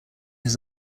his